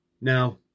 now